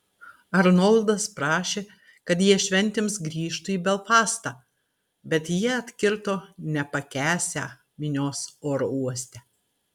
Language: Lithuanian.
arnoldas prašė kad jie šventėms grįžtų į belfastą bet jie atkirto nepakęsią minios oro uoste